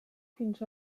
fins